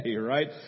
right